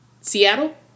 Seattle